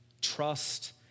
trust